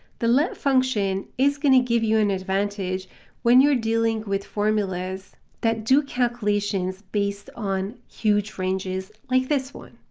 the let function is going to give you an advantage when you're dealing with formulas that do calculations based on huge ranges like this one,